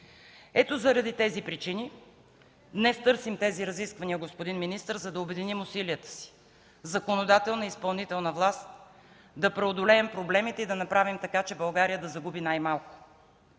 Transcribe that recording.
Ето заради тези причини днес търсим разискванията, господин министър, за да обединим усилията си – законодателна и изпълнителна власт, да преодолеем проблемите и да направим така, че България да загуби най-малко.